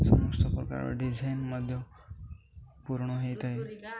ସମସ୍ତ ପ୍ରକାରର ଡିଜାଇନ୍ ମଧ୍ୟ ପୂରଣ ହେଇଥାଏ